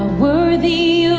worthy